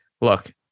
look